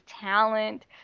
talent